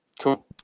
cool